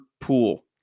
pool